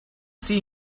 see